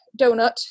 donut